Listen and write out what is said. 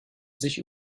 sich